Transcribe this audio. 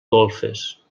golfes